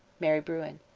maire bruin.